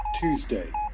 Tuesday